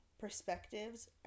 perspectives